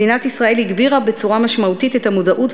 מדינת ישראל הגבירה בצורה משמעותית את המודעות,